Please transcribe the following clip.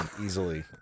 easily